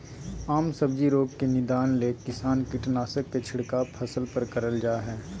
आम सब्जी रोग के निदान ले किसान कीटनाशक के छिड़काव फसल पर करल जा हई